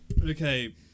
okay